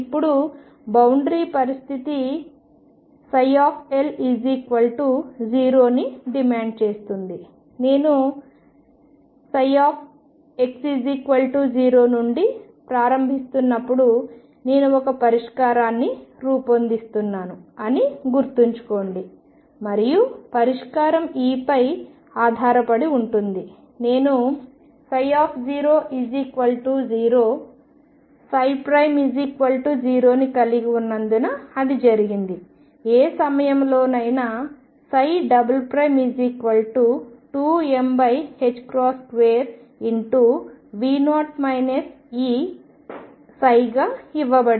ఇప్పుడు బౌండరి పరిస్థితి L0 ని డిమాండ్ చేస్తుంది నేను ψx0 నుండి ప్రారంభిస్తున్నప్పుడునేను ఒక పరిష్కారాన్ని రూపొందిస్తున్నాను అని గుర్తుంచుకోండి మరియు పరిష్కారం E పై ఆధారపడి ఉంటుంది నేను 0 0 0 ని కలిగి ఉన్నందున అది జరిగింది ఏ సమయంలోనైనా 2m2V0 E గా ఇవ్వబడినది